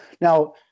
Now